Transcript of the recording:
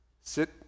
sit